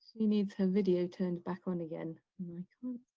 needs her video turned back on again like